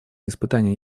испытаний